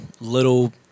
little